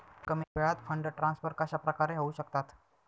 कमी वेळात fund transfer कशाप्रकारे होऊ शकतात?